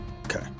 Okay